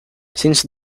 since